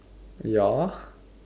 ya